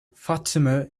fatima